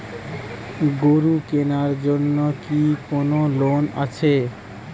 গরু কেনার জন্য কি কোন লোন আছে?